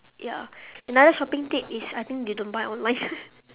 ya another shopping tip is I think you don't buy online